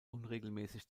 unregelmäßig